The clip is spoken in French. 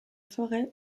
forêt